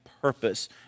purpose